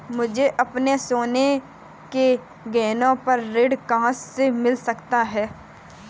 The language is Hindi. मुझे अपने सोने के गहनों पर ऋण कहाँ से मिल सकता है?